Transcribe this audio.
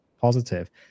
positive